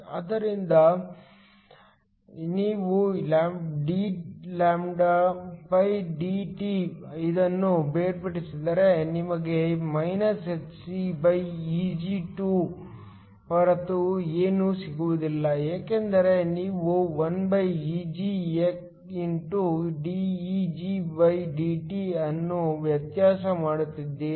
ಆದ್ದರಿಂದ ನಾವು dλdT ಇದನ್ನು ಬೇರ್ಪಡಿಸಿದರೆ ನಮಗೆ −hcEg2 ಹೊರತು ಏನೂ ಸಿಗುವುದಿಲ್ಲ ಏಕೆಂದರೆ ನೀವು 1Eg x dEgdT ಅನ್ನು ವ್ಯತ್ಯಾಸ ಮಾಡುತ್ತಿದ್ದೀರಿ